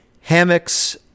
hammocks